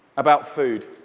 about food,